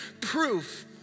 proof